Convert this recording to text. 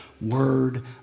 word